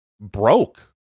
broke